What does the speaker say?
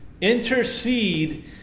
Intercede